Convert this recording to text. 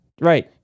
Right